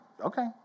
okay